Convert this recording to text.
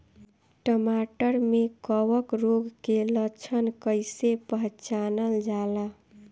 टमाटर मे कवक रोग के लक्षण कइसे पहचानल जाला?